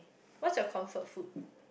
what's your comfort food